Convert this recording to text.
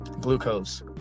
glucose